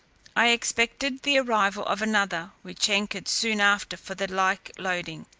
i expected the arrival of another, which anchored soon after for the like loading.